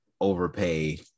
overpay